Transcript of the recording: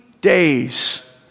days